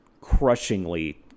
crushingly